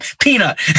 peanut